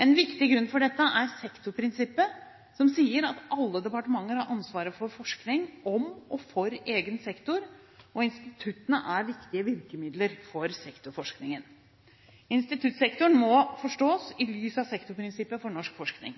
En viktig grunn til dette er sektorprinsippet, som sier at alle departementer har ansvaret for forskning om og for egen sektor, og instituttene er viktige virkemidler for sektorforskningen. Instituttsektoren må forstås i lys av sektorprinsippet for norsk forskning.